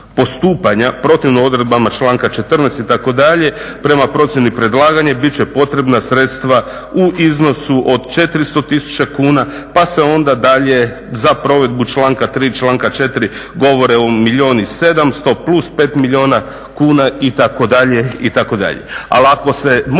postupanja protivno odredbama članka 14. itd. prema procjeni predlaganja bit će potrebna sredstva u iznosu od 400 tisuća kuna pa se onda dalje za provedbu članka 3., članka 4.govori o milijun 700 plus 5 milijuna kuna itd., itd.